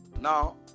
Now